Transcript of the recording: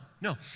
no